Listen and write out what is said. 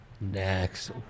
Next